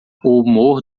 humor